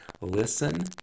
listen